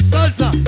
Salsa